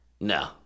No